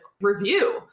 review